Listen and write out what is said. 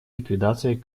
ликвидации